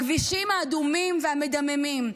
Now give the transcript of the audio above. הכבישים האדומים והמדממים,